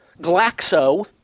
Glaxo